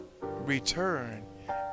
Return